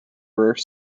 rare